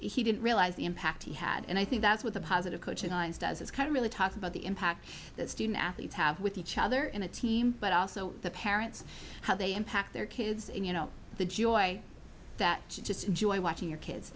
he didn't realize the impact he had and i think that's what the positive coaching does is kind of really talk about the impact that student athletes have with each other in a team but also the parents how they impact their kids you know the joy that just enjoy watching your